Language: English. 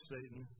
Satan